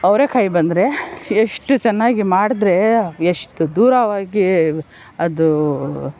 ಅವರೇ ಕಾಯಿ ಬಂದರೆ ಎಷ್ಟು ಚೆನ್ನಾಗಿ ಮಾಡಿದ್ರೆ ಎಷ್ಟು ದೂರವಾಗಿ ಅದು